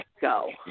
go